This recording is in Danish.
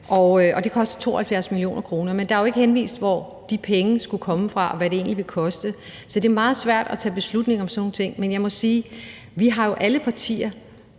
det koster 72 mio. kr. Men der er jo ikke anvist, hvor de penge skulle komme fra, og hvad det egentlig vil koste. Så det er meget svært at tage beslutning om sådan nogle ting. Men jeg må sige, at vi jo alle partier